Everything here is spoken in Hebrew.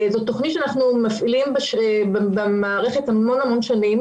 זאת תוכנית שאנחנו מפעילים במערכת המון המון שנים